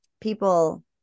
people